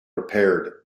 repaired